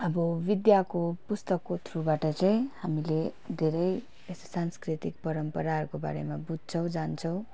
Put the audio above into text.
अब विद्याको पुस्तकको थ्रुबाट चाहिँ हामीले धेरै यस्तो सांस्कृतिक परम्पराहरूको बारेमा बुझ्छौँ जान्छौँ